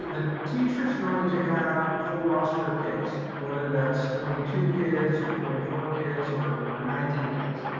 the teacher's going to have a full roster of kids, whether that's twenty two kids or twenty four kids or, or nineteen kids,